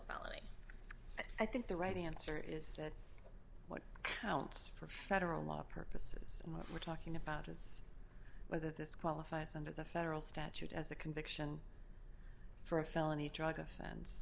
felony i think the right answer is that what counts for federal law purposes we're talking about is whether this qualifies under the federal statute as a conviction for a felony drug offense